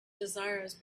desires